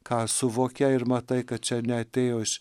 ką suvokia ir matai kad čia neatėjo iš